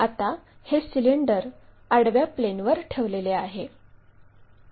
आता हे सिलेंडर आडव्या प्लेनवर ठेवलेले आहे